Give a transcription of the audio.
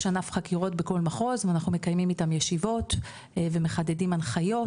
ענף חקירות בכל מחוז ואנחנו מקיימים איתם ישיבות ומחדדים הנחיות